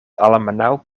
almenaŭ